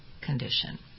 condition